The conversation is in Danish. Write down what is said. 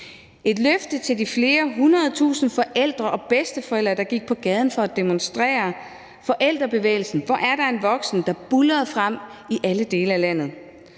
et løfte til de flere hundred tusinde forældre og bedsteforældre, der gik på gaden for at demonstrere – forældrebevægelsen »Hvor er der en voksen?«, der buldrede frem i alle dele af landet.